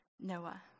Noah